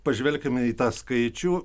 pažvelkime į tą skaičių